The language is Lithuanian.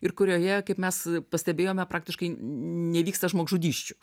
ir kurioje kaip mes pastebėjome praktiškai nevyksta žmogžudysčių